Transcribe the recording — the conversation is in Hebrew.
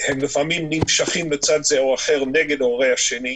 הם לפעמים נמשכים לצד זה או אחר נגד הורי השני.